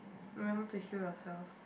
remember to heal yourself